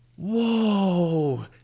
Whoa